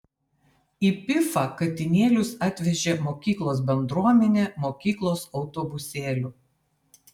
į pifą katinėlius atvežė mokyklos bendruomenė mokyklos autobusėliu